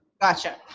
Gotcha